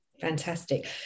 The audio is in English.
Fantastic